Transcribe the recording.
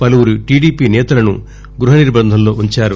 పలువురి టీడీపీ నేతలను గ్బహ నిర్భంధంలో ఉంచారు